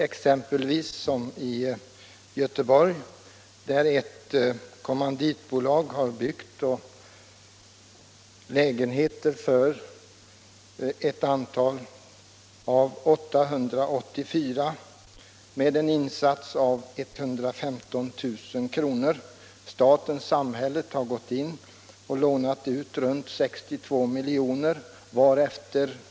I Göteborg exempelvis har ett kommanditbolag byggt 884 lägenheter med en insats av 115 000 kr. Staten-samhället har gått in och lånat ut i runt tal 62 milj.kr.